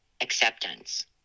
acceptance